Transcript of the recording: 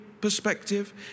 perspective